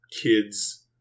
kids